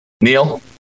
Neil